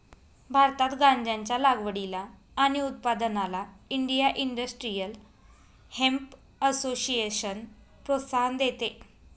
भारतात गांज्याच्या लागवडीला आणि उत्पादनाला इंडिया इंडस्ट्रियल हेम्प असोसिएशन प्रोत्साहन देते